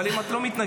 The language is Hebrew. אבל אם את לא מתנגדת,